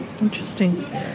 Interesting